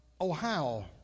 Ohio